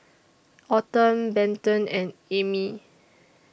Autumn Benton and Ammie